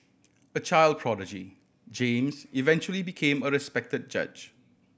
a child prodigy James eventually became a respect judge